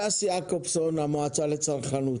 הדס יעקובסון, המועצה לצרכנות.